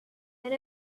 and